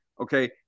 Okay